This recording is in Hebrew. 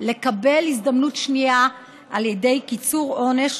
לקבל הזדמנות שנייה על ידי קיצור העונש,